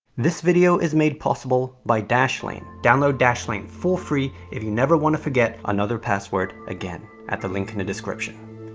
this video is made possible by dashlane. download dashlane for free if you never wanna forget another password again, at the link in the description.